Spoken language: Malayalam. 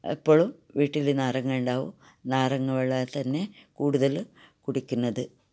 എപ്പളും വീട്ടില് നാരങ്ങ ഉണ്ടാവും നാരങ്ങാ വെള്ളം തന്നെ കൂടുതൽ കുടിക്കുന്നത്